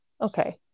Okay